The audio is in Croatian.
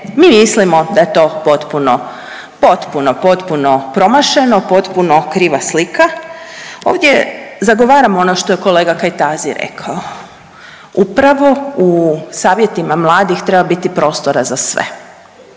mi mislimo da je to potpuno, potpuno promašeno, potpuno kriva slika. Ovdje zagovaram ono što je kolega Kajtazi rekao. Upravo u Savjetima mladih treba biti prostora za sve.